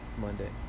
Monday